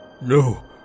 No